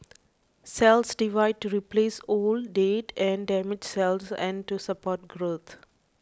cells divide to replace old dead or damaged cells and to support growth